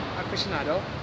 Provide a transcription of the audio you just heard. aficionado